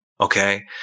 Okay